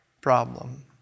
problem